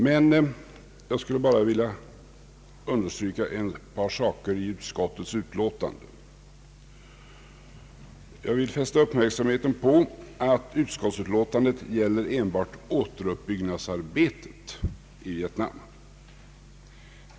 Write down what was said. Men jag skulle bara vilja understryka ett par saker i utskottets utlåtande. Jag vill fästa uppmärksamheten på att utskottsutlåtandet enbart gäller återuppbyggnadsarbetet i Vietnam.